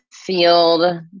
field